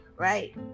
right